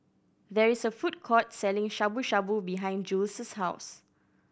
there is a food court selling Shabu Shabu behind Jules' house